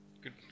Good